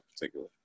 particular